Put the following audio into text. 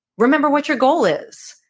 remember what your goal is.